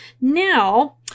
Now